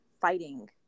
fighting